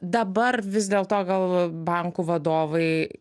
dabar vis dėlto gal bankų vadovai